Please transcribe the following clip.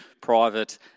private